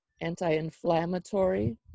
anti-inflammatory